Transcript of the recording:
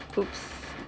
!oops!